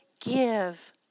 give